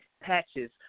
patches